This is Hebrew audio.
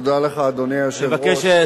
תודה לך, אדוני היושב-ראש.